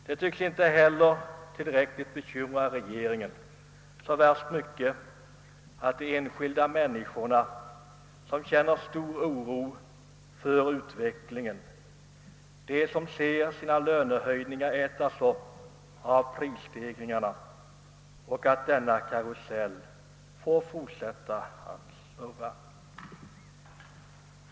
Det tycks inte heller bekymra regeringen så värst mycket att de enskilda människorna, som ser sina lönehöjningar ätas upp av Pprisstegringarna, känner stor oro för att denna inflationskarusell får fortsätta att snurra.